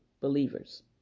believers